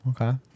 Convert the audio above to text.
Okay